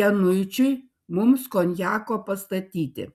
januičiui mums konjako pastatyti